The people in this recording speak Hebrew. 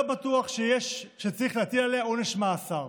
לא בטוח שצריך להטיל עליה עונש מאסר.